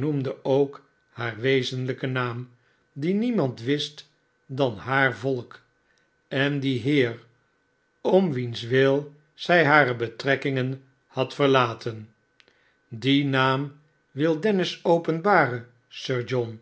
noemde ook haar wezenlijken naam dien niemand wist dan haar volk en die heer om wiens wil zij hare betrekkingen had verlaten dien naam wil dennis openbaren sir john